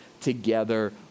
together